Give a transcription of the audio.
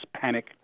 panic